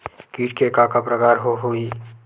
कीट के का का प्रकार हो होही?